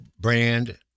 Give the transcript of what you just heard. brand